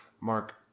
Mark